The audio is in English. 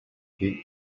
duke